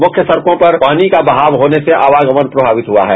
मुख्य सड़कों पर पानी का बहाव होने से आवागमन प्रभावित हुआ है